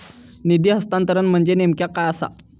निधी हस्तांतरण म्हणजे नेमक्या काय आसा?